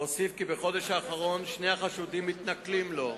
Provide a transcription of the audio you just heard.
הוסיף כי בחודש האחרון שני החשודים מתנכלים לו,